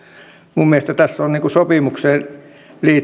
minun mielestäni tässä on sopimukseen liittyen